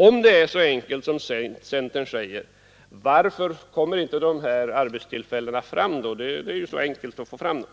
Om det är så enkelt som centern säger, varför kommer då inte arbetstillfällena fram? Det lär ju vara så enkelt att få fram dem?